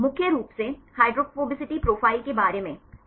मुख्य रूप से हाइड्रोफोबिसिटी प्रोफाइल के बारे में सही है